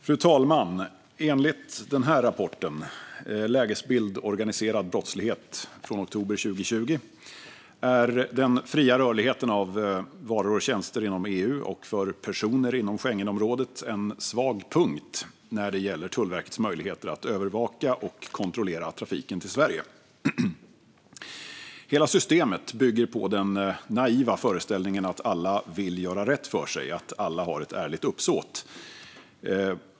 Fru talman! Enligt rapporten Lägesbild organiserad brottslighet 2020 från oktober 2020 är den fria rörligheten för varor och tjänster inom EU och för personer inom Schengenområdet en svag punkt när det gäller Tullverkets möjligheter att övervaka och kontrollera trafiken till Sverige. Hela systemet bygger på den naiva föreställningen att alla vill göra rätt för sig och att alla har ett ärligt uppsåt.